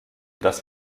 das